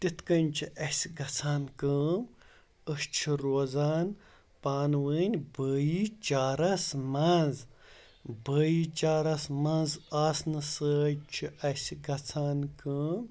تِتھ کٔنۍ چھِ اَسہِ گژھان کٲم أسۍ چھِ روزان پانہٕ ؤنۍ بایی چارَس منٛز بایی چارَس منٛز آسنہٕ سۭتۍ چھِ اَسہِ گژھان کٲم